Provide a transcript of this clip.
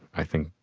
i think,